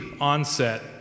onset